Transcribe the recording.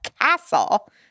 castle